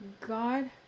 God